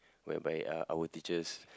whereby uh our teachers